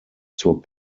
zur